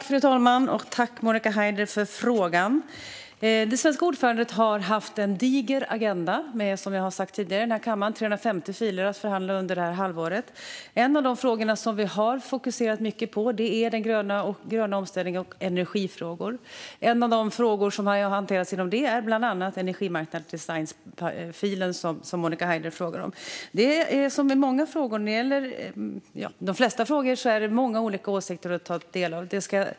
Fru talman! Jag tackar Monica Haider för frågan. Det svenska ordförandeskapet har haft en diger agenda, som jag har sagt tidigare i denna kammare, med 350 filer att förhandla under detta halvår. Vi har fokuserat mycket på den gröna omställningen och energifrågorna. Och en av de frågor som har hanterats i detta sammanhang är elmarknadsdesignsfilen, som Monica Haider frågar om. I de flesta frågor finns det många olika åsikter att ta del av.